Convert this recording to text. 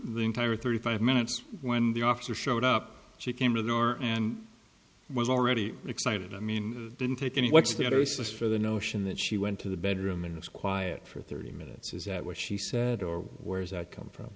the entire thirty five minutes when the officer showed up she came to the door and was already excited i mean didn't take any what's the other uses for the notion that she went to the bedroom and was quiet for thirty minutes is that what she said or where is that come from